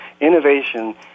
innovation